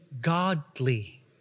godly